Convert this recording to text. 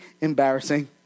embarrassing